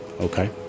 okay